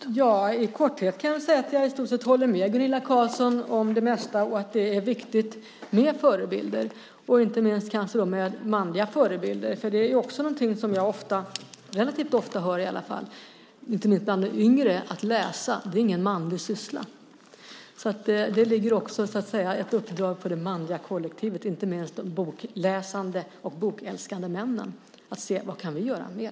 Fru talman! I korthet kan jag säga att jag i stort sett håller med Gunilla Carlsson om det mesta. Det är viktigt med förebilder, inte minst kanske manliga förebilder. Något som jag relativt ofta hör bland de yngre är att läsning inte är någon manlig syssla. Det är också ett uppdrag för det manliga kollektivet, inte minst de bokläsande och bokälskande männen att se vad man kan göra mer.